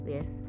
Yes